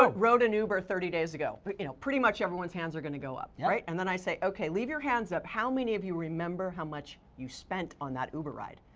ah rode an uber thirty days ago? but you know pretty much everyone's hands are gonna go up right? yup. and then i say, okay leave your hands up. how many of you remember how much you spent on that uber ride?